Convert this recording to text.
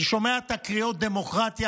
אני שומע את הקריאות "דמוקרטיה"